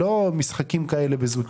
לא משחקים כאלה וזוטות.